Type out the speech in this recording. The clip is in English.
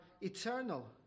eternal